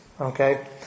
Okay